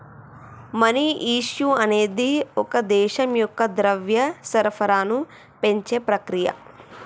money issue అనేది ఒక దేశం యొక్క ద్రవ్య సరఫరాను పెంచే ప్రక్రియ